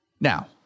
Now